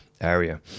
area